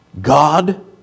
God